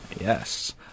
Yes